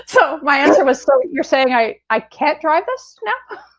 so my answer was, so you're saying i i can't drive this now